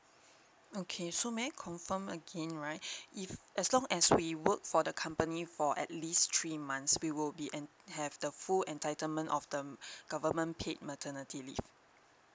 okay so may I confirm again right if as long as we work for the company for at least three months we will be ent~ have the full entitlement of the government paid maternity leave